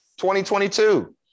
2022